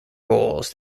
goals